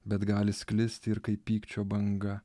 bet gali sklisti ir kaip pykčio banga